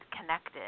connected